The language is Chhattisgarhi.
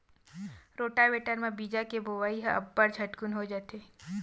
रोटावेटर म बीजा के बोवई ह अब्बड़ झटकुन हो जाथे